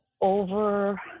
over